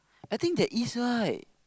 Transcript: I think there is right